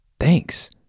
thanks